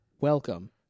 welcome